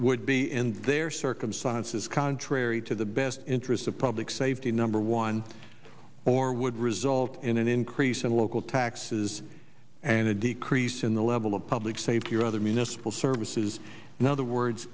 would be in their circumstances contrary to the best interests of public safety number one or would result in an increase in local taxes and a decrease in the level of public safety rather municipal services and other words